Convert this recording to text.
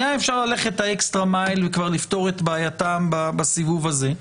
היה אפשר ללכת את האקסטרה מייל ולפתור את בעייתם בסיבוב הזה.